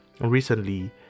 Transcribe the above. recently